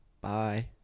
Bye